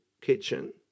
kitchen